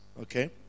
Okay